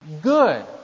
good